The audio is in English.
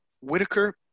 Whitaker